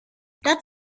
that